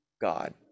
God